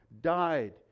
died